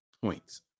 Points